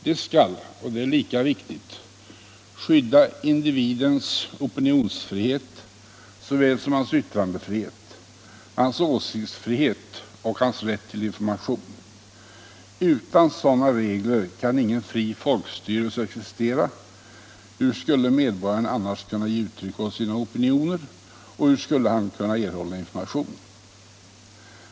De skall — och det är lika viktigt — skydda individens opinionsfrihet såväl som hans yttrandefrihet, hans åsiktsfrihet och hans rätt till information. Utan sådana regler kan ingen fri folkstyrelse existera. Hur skulle medborgaren annars kunna ge uttryck åt sina opinioner, och hur skulle han kunna erhålla information?